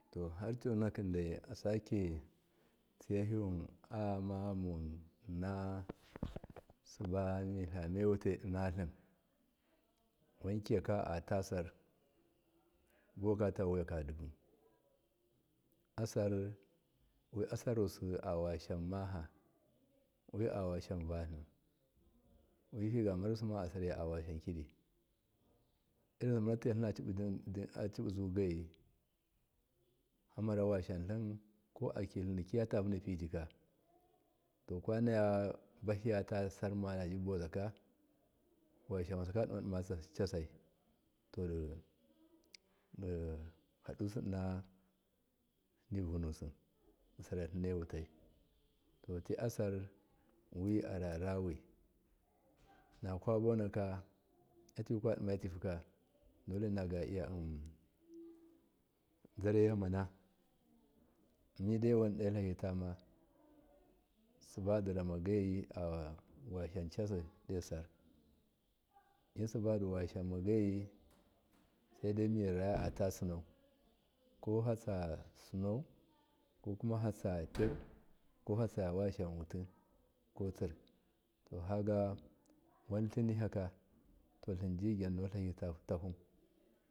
To har conakindai asake tsivahiyu avama yimun inna siba mitlamewubai innatlim wankika a tas sir buwakata wuyekadibu asar wi asar rusi awashasham maha wi awishasham vatli wifagamarusima asarya a washasham kidi irin simbatuvatlima civizzugaiyi famara washasham tlim ko akitlimdikiyata vanapi tokwanaya bahiya tawiyasar mabuwazaka to washasham wasika ninanima casai to dihatu sinanivanusi disaratline wutai to tiasar wiararawi nakwabuwanaka ativikwanatativika nagallya zareyamana midaiwandetlahitama sibodiramagaiyi washa shaneasai asar misiba washashamgoyi saidai raatasinau kohatsinau kokuma tatsatir kofatsa washasham wuti to sir kagatlin nigyagya to tlinji gyanno tbahi tahu.